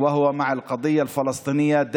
והוא בעד הסוגיה הפלסטינית,